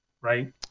right